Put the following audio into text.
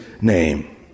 name